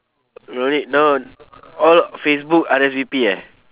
eh wait no all facebook R_S_V_P eh